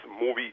movie